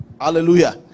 hallelujah